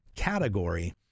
Category